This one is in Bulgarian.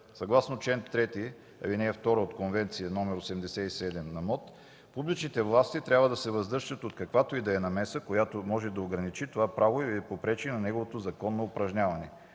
Съгласно чл. 3, ал. 2 от Конвенция № 87 на МОТ „Публичните власти трябва да се въздържат от каквато и да е намеса, която може да ограничи това право или да попречи на неговото законно упражняване”.